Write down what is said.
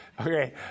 Okay